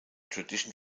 tradition